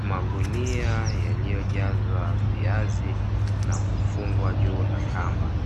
Magunia yaliyo jazwaa viazi na kufungwa juu na kamba